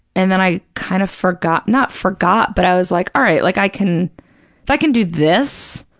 and then i kind of forgot, not forgot, but i was like, all right, like i can, if i can do this,